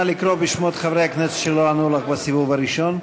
נא לקרוא בשמות חברי הכנסת שלא ענו לך בסיבוב הראשון.